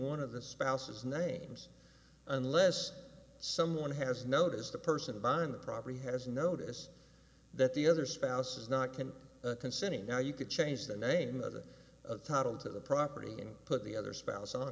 one of the spouses names unless someone has noticed the person buying the property has notice that the other spouse is not can considering how you could change the name of the title to the property and put the other spouse on